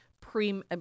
pre